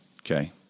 okay